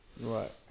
Right